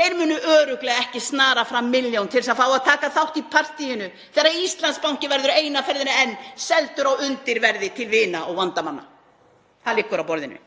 Þeir munu örugglega ekki snara fram milljón til að fá að taka þátt í partíinu þegar Íslandsbanki verður eina ferðina enn seldur á undirverði til vina og vandamanna. Það liggur á borðinu.